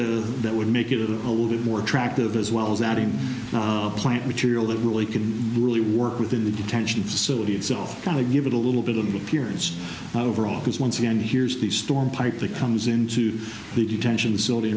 it that would make it a little bit more attractive as well as adding plant material that really can really work within the detention facility itself to give it a little bit of an appearance overall because once again here's the storm pipe that comes into the detention